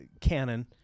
Canon